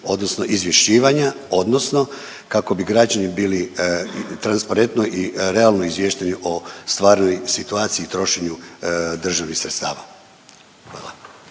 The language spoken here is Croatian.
odnosno izvješćivanja, odnosno kako bi građani bili transparentno i realno izvješteni o stvarnoj situaciji i trošenju državnih sredstava. Hvala.